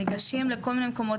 ניגשים לכל מיני מקומות.